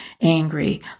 angry